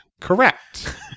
Correct